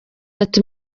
ati